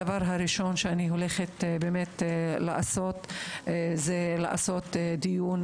הדבר הראשון שאני הולכת באמת לעשות הוא לקיים דיון